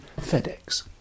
FedEx